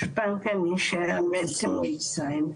גושפנקא להישאר בעצם, בישראל.